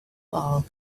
well